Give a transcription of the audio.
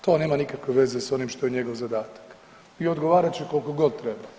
To nema nikakve veze sa onim što je njegov zadatak i odgovarat će koliko god treba.